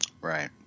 right